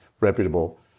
reputable